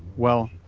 well,